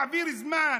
נעביר זמן,